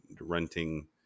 renting